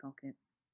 pockets